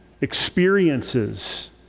Experiences